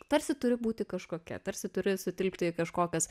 tarsi turi būti kažkokia tarsi turi sutilpti į kažkokias